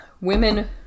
women